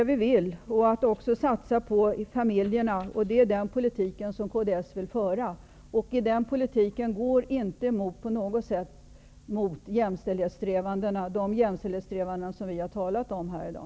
Vi vill också satsa på familjerna. Det är den politik som Kds vill föra. Den politiken går inte på något sätt emot de jämställdhetssträvanden som vi har talat om här i dag.